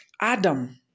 Adam